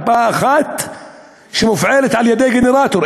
מרפאה אחת שמופעלת על-ידי גנרטור.